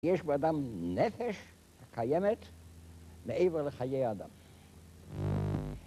יש באדם נפש קיימת מעבר לחיי האדם